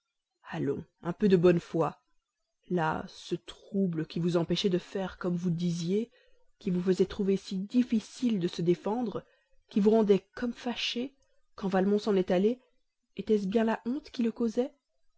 allons un peu de bonne foi là ce trouble qui vous empêchait de faire comme vous disiez qui vous faisait trouver si difficile de se défendre qui vous rendait comme fâchée quand valmont s'en est allé était-ce bien la honte qui le causait